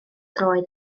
droed